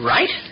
Right